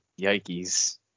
Yikes